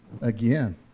again